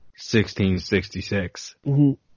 1666